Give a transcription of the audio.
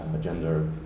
gender